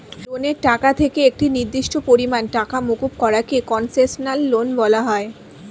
লোনের টাকা থেকে একটি নির্দিষ্ট পরিমাণ টাকা মুকুব করা কে কন্সেশনাল লোন বলা হয়